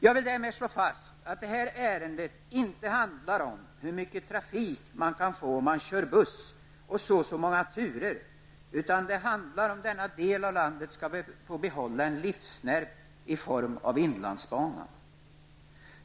Jag vill därmed slå fast att detta ärende inte handlar om hur mycket trafik man kan få om man kör buss så och så många turer, utan att det handlar om att denna del av landet skall få behålla en livsnerv i form av inlandsbanan.